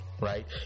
right